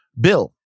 Bill